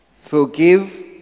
Forgive